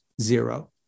Zero